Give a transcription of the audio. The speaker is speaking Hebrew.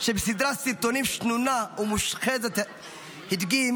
שבסדרת סרטונים שנונה ומושחזת הדגים